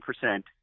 percent